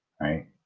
right